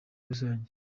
rusange